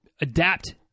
adapt